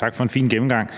tak for en fin gennemgang.